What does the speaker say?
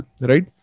right